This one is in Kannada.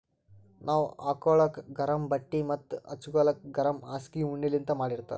ನಾವ್ ಹಾಕೋಳಕ್ ಗರಮ್ ಬಟ್ಟಿ ಮತ್ತ್ ಹಚ್ಗೋಲಕ್ ಗರಮ್ ಹಾಸ್ಗಿ ಉಣ್ಣಿಲಿಂತ್ ಮಾಡಿರ್ತರ್